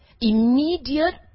immediate